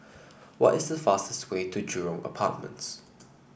what is the fastest way to Jurong Apartments